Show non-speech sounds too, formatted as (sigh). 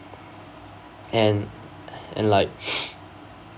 and and like (breath)